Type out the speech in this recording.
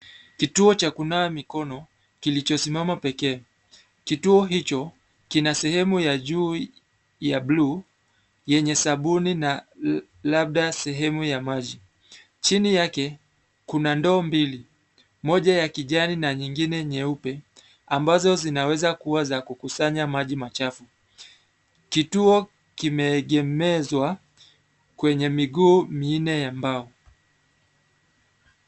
Kituo cha kunawa mikono kilicho simama pekee. Kituo hicho kina sehemu ya juu ya blue yenye sabuni na labda sehemu ya maji. Chini yake kuna ndoo mbili, moja ya kijani na nyingine nyeupe ambazo zinaweza kuwa za kukusanya maji machafu. Kituo kimeegemezwa kwenye miguu minne ya mbao.